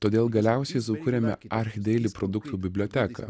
todėl galiausiai sukūrėme archdeili produktų biblioteką